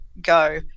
go